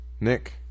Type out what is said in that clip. Nick